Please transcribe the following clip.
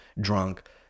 drunk